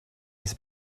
his